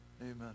Amen